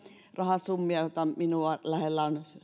rahasummia minua lähellä ovat